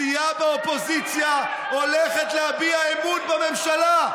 סיעה באופוזיציה הולכת להביע אמון בממשלה.